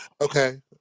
okay